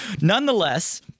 nonetheless